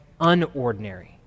unordinary